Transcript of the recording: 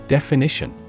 Definition